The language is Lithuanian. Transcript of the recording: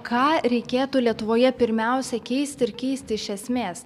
ką reikėtų lietuvoje pirmiausia keisti ir keisti iš esmės